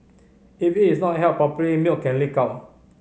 if it is not held properly milk can leak out